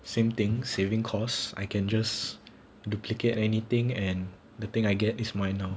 same thing saving costs I can just duplicate anything and the thing I get is mine now